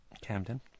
Camden